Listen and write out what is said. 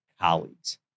colleagues